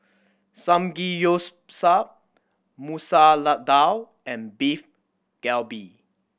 Samgeyopsal Masoor Dal and Beef Galbi